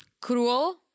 Cruel